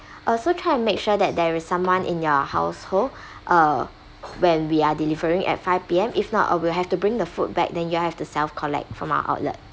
uh so try and make sure that there is someone in your household uh when we are delivering at five P_M if not or we'll have to bring the food back then you have to self collect from our outlet